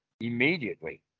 immediately